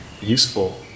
useful